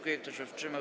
Kto się wstrzymał?